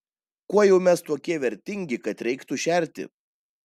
kuo jau mes tokie vertingi kad reiktų šerti